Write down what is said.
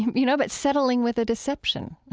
you know, but settling with a deception